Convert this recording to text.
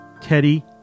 Teddy